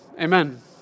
Amen